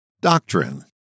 Doctrine